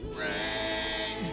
rain